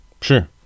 sure